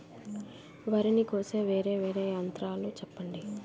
వరి ని కోసే వేరా వేరా యంత్రాలు చెప్పండి?